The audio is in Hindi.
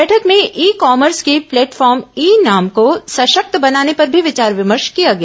बैठक में ई कॉमर्स के प्लेटफॉर्म ई नाम को सशक्त बनाने पर भी विचार विमर्श किया गया